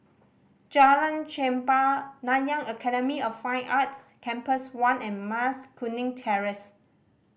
Jalan Chempah Nanyang Academy of Fine Arts Campus One and Mas Kuning Terrace